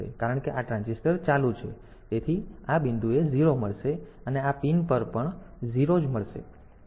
કારણ કે આ ટ્રાન્ઝિસ્ટર ચાલુ છે તેથી તમને આ બિંદુએ 0 મળશે તેથી પિન પર તમને 0 મળશે